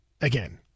again